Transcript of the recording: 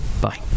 bye